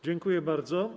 Dziękuję bardzo.